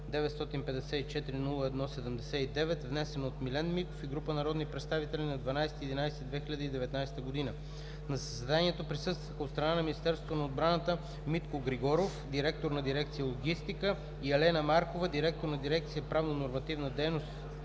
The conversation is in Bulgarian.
954-01-79, внесен от Милен Михов и група народни представители на 12 ноември 2019 г. На заседанието присъстваха от страна на Министерството на отбраната: Митко Григоров – директор на дирекция „Логистика“, и Елена Маркова – директор на дирекция „Правно-нормативна дейност